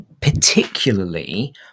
particularly